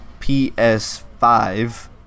PS5